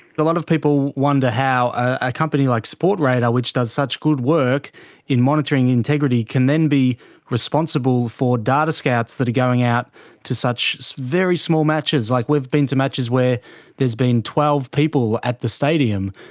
a lot of people wonder how a company like sportradar which does such good work in monitoring integrity, can then be responsible for data scouts that are going out to such very small matches, like we've been to matches where there's been twelve people at the stadium,